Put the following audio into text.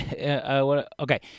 okay